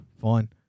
fine